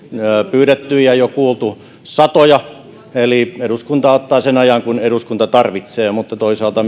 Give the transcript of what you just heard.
pyydetty ja jo kuultu satoja eli eduskunta ottaa sen ajan kuin eduskunta tarvitsee mutta toisaalta